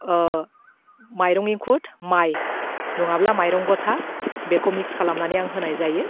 माइरं एंखुर माइ नङाब्ला माइरं गथा बेखौ मिक्स खालामनानै आं होनाय जायो